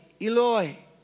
Eloi